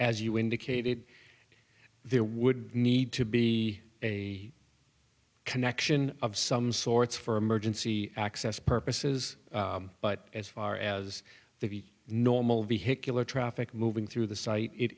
as you indicated there would need to be a connection of some sorts for emergency access purposes but as far as the normal vehicular traffic moving through the site it